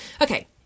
Okay